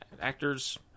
actors